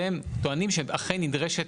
והם טוענים שאכן נדרשת,